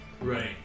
Right